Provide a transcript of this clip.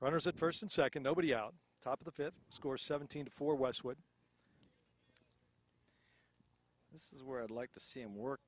runners at first and second nobody out top of the fifth score seventeen for what's what this is where i'd like to see him work